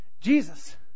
Jesus